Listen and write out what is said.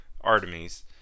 Artemis